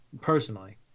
personally